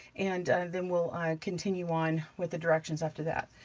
and then we'll continue on with the directions after that.